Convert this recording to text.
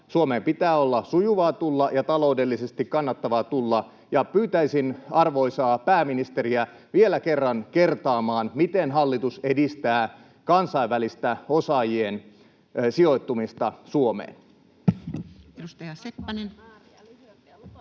Suomeen pitää olla sujuvaa tulla ja taloudellisesti kannattavaa tulla, ja pyytäisin arvoisaa pääministeriä vielä kerran kertaamaan, miten hallitus edistää kansainvälistä osaajien sijoittumista Suomeen. [Speech